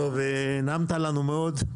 טוב, נעמת לנו מאוד.